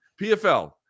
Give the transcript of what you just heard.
PFL